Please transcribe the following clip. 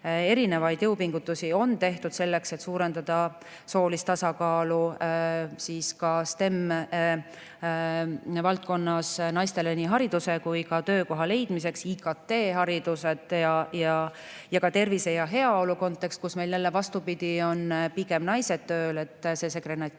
Erinevaid jõupingutusi on tehtud selleks, et suurendada soolist tasakaalu STEM-valdkonnas – naiste vaates nii hariduse kui ka töökoha leidmiseks – ja IKT-hariduses, ka tervise ja heaolu kontekstis, kus meil, vastupidi, on pigem naised tööl, et see segregatsioon